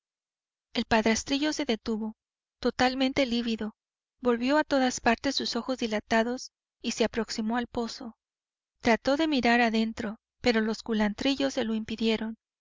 el padrastrillo se detuvo totalmente lívido volvió a todas partes sus ojos dilatados y se aproximó al pozo trató de mirar adentro pero los culantrillos se lo impidieron